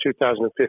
2015